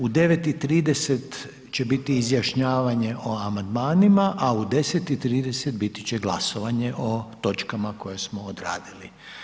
U 9 i 30 će biti izjašnjavanje o amandmanima, a u 10 i 30 bit će glasovanje o točkama koje smo odradili.